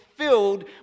Filled